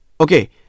Okay